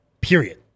Period